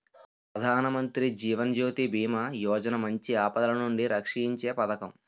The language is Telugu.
ప్రధానమంత్రి జీవన్ జ్యోతి బీమా యోజన మంచి ఆపదలనుండి రక్షీంచే పదకం